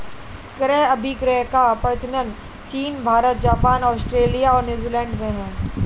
क्रय अभिक्रय का प्रचलन चीन भारत, जापान, आस्ट्रेलिया और न्यूजीलैंड में है